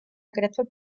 აგრეთვე